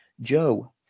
Joe